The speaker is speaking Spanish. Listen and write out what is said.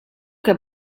que